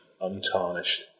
untarnished